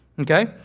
okay